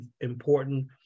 important